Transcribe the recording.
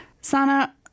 Sana